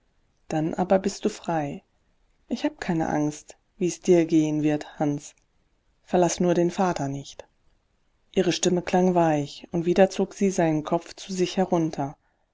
dann aber bist du frei ich hab keine angst wie's dir gehen wird hans verlaß nur den vater nicht ihre stimme klang weich und wieder zog sie seinen kopf zu sich herunter